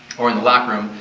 or in the locker room,